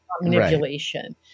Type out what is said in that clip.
manipulation